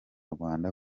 rwanda